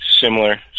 similar